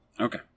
Okay